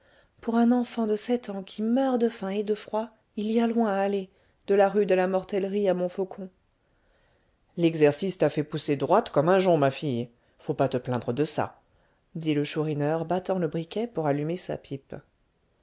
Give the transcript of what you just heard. pour un enfant de sept ans qui meurt de faim et de froid il y a loin allez de la rue de la mortellerie à montfaucon l'exercice t'a fait pousser droite comme un jonc ma fille faut pas te plaindre de ça dit le chourineur battant le briquet pour allumer sa pipe